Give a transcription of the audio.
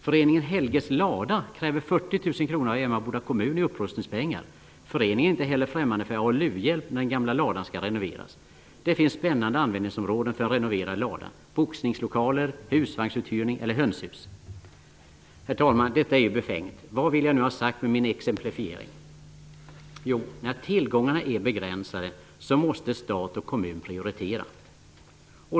Föreningen är inte heller främmande för ALU hjälp när den gamla ladan skall renoveras. Det finns spännande användningsområden för en renoverad lada: boxningslokaler, husvagnsuthyrning eller hönshus. Herr talman! Detta är ju befängt. Vad vill jag nu ha sagt med mina exempel? Jo, när tillgångarna är begränsade måste stat och kommun prioritera.